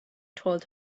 told